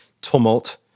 tumult